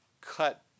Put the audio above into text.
cut